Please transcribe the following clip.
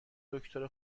دکتر